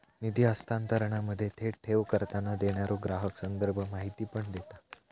निधी हस्तांतरणामध्ये, थेट ठेव करताना, देणारो ग्राहक संदर्भ माहिती पण देता